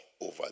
over